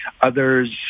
Others